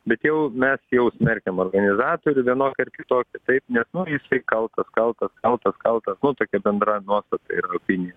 bet jau mes jau smerkiam organizatorių vienokį ar kitokį taip nes nu jisai kaltas kaltas kaltas kaltas nu tokia bendra nuostata yra opinija